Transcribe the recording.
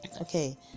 okay